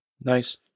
Nice